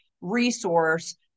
resource